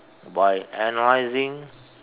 by analyzing